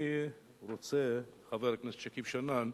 אני רוצה, חבר הכנסת שכיב שנאן,